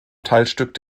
teilstück